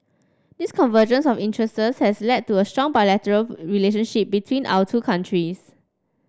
this convergence of interests has led to a strong bilateral relationship between our two countries